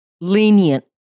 lenient